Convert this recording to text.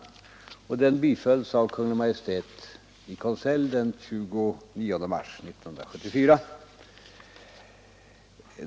Denna framställning bifölls av Kungl. Maj:t i konselj den 29 mars 1974.